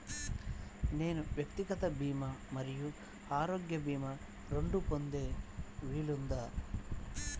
నేను వ్యక్తిగత భీమా మరియు ఆరోగ్య భీమా రెండు పొందే వీలుందా?